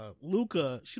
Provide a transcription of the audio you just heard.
Luca